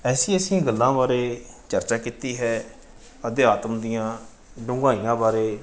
ਐਸੀਆਂ ਐਸੀਆਂ ਗੱਲਾਂ ਬਾਰੇ ਚਰਚਾ ਕੀਤੀ ਹੈ ਅਧਿਆਤਮ ਦੀਆਂ ਡੁੰਘਾਈਆਂ ਬਾਰੇ